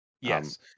Yes